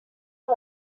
per